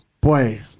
Boy